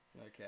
Okay